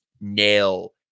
nail